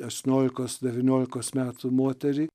aštuoniolikos devyniolikos metų moterį